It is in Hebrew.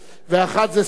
זה סעיד נפאע,